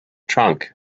trunk